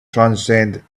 transcend